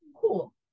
cool